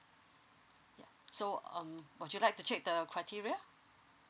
ya so um would you like to check the criteria